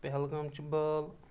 پہلگام چھِ بال